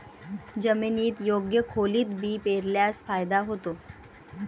जमिनीत योग्य खोलीत बी पेरल्यास फायदा होतो